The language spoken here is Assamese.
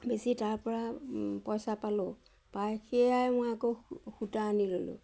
বেচি তাৰ পৰা পইচা পালোঁ পাই সেয়াই মই আকৌ সূতা আনি ল'লোঁ